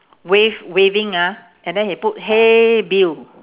wave waving ah and then he put hey bill